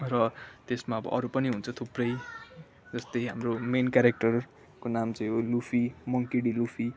र त्यसमा अब अरू पनि हुन्छ थुप्रै जस्तै हाम्रो मेन क्यारेक्टरको नाम चाहिँ हो लुफी मङ्की डी लुफी